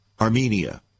Armenia